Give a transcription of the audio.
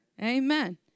Amen